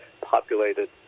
populated